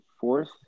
fourth